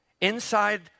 inside